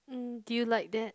mm do you like that